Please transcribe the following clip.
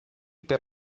per